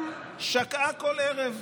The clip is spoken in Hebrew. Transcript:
גם שקעה בכל ערב.